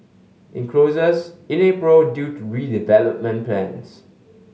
it closes in April due to redevelopment plans